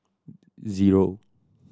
zero